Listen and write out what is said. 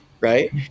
right